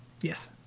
Yes